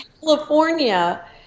California